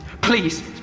Please